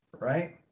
right